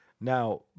Now